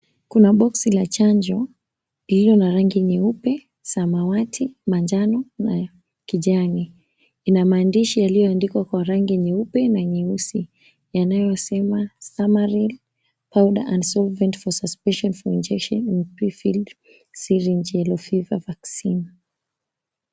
Kuna boksi la chanjo ilio na rangi nyeupe, samawati, manjano na kijani. Ina maandishi yaliyoandikwa kwa rangi nyeupe na nyeusi yanayosema STAMARIL Powder and solvent for suspension for injection in pre-filled syringe Yellow fever vaccine .